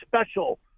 special